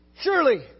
Surely